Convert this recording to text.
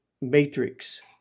matrix